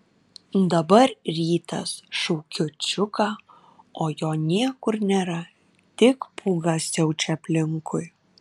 dabar rytas šaukiu čiuką o jo niekur nėra tik pūga siaučia aplinkui